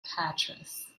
patras